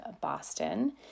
Boston